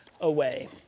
away